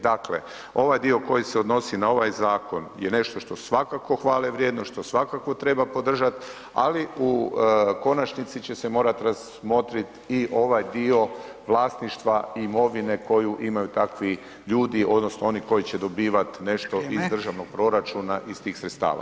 Dakle, ovaj dio koji se odnosi na ovaj zakon je nešto što je svakako hvale vrijedno, što svakako treba podržati, ali u konačnici će se morati razmotriti i ovaj dio vlasništva, imovine koju imaju takvi ljudi odnosno oni koji će dobivati nešto [[Upadica: Vrijeme.]] iz državnog proračuna iz tih sredstava.